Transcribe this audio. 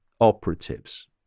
operatives